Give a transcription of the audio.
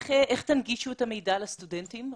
איך תנגישו את המידע לסטודנטים?